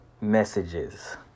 messages